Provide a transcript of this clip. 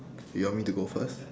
you want me to go first